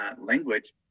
language